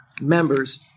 members